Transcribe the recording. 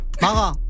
Mara